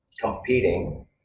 competing